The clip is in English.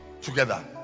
together